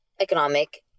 economic